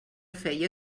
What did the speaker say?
feia